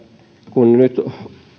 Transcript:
kun nyt